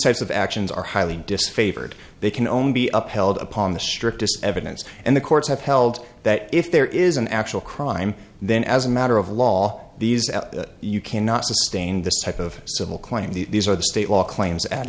types of actions are highly disfavored they can only be upheld upon the strictest evidence and the courts have held that if there is an actual crime then as a matter of law these you cannot sustain this type of civil claim these are the state law claims at